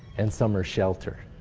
and some are shelter.